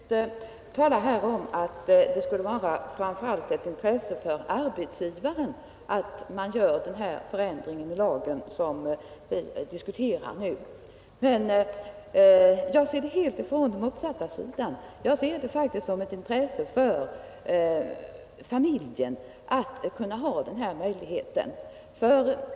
Herr talman! Fru Holmqvist talar om att det skulle vara framför allt ett intresse för arbetsgivaren att göra den förändring i lagen som vi nu diskuterar. Jag ser det helt från motsatta sidan: som ett intresse för familjen att ha den här möjligheten.